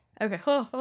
okay